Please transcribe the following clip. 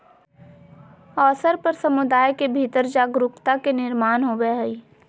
अवसर पर समुदाय के भीतर जागरूकता के निर्माण होबय हइ